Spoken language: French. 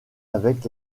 avec